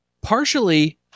partially